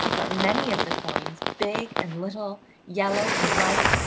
but many of the coins, big and little, yellow and white,